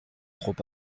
trop